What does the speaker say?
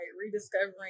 rediscovering